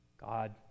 God